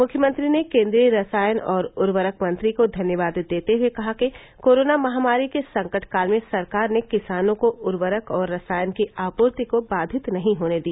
मुख्यमंत्री ने केन्द्रीय रसायन और उर्वरक मंत्री को धन्यवाद देते हए कहा कि कोरोना महामारी के संकट काल में सरकार ने किसानों को उर्वरक और रसायन की आपूर्ति को बाधित नहीं होने दिया